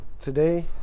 today